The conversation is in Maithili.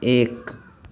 एक